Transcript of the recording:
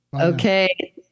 Okay